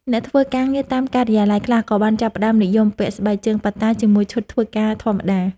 អ្នកធ្វើការងារតាមការិយាល័យខ្លះក៏បានចាប់ផ្តើមនិយមពាក់ស្បែកជើងប៉ាតាជាមួយឈុតធ្វើការធម្មតា។